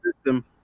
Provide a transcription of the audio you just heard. system